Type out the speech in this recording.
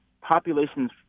populations